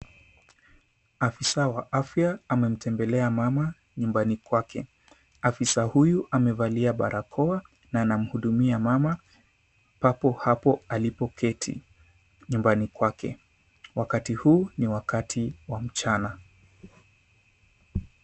Afisa wa afya ametembelea mama nyumbani kwake. Afisa huyu amevalia barakoa na anamhudumia mama papo hapo alipoketi nyumbani kwake. Wakati huu ni wakati wa mchana.